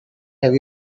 have